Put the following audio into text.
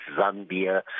Zambia